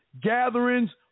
gatherings